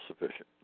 sufficient